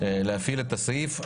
להפעיל את הסעיף.